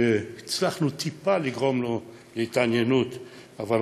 והצלחנו טיפה לגרום להתעניינות בו,